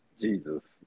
Jesus